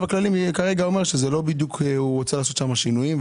הכללי כרגע אומר שזה לא בדיוק הוא רוצה לעשות שם שינויים,